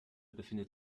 befindet